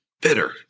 Bitter